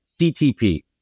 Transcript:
CTP